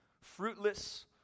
Fruitless